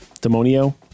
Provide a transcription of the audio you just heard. Demonio